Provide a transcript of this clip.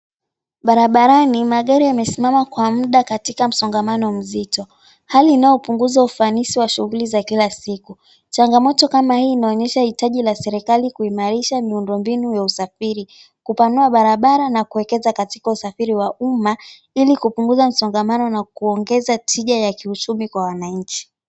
Barabarani magari yamesimama kwa muda katika masongamano mzito. Hali unaopunguza ufanisi wa shughuli za kila siku. Changamoto kama hii inaonyesha hitaji la serikali kuimarisha miundo mbinu ya usafiri, kupanua barabara na kuekeza katika usafiri wa umma ilikupunguza masongamano na kuongeza tija ya uchumi kwa wananchi.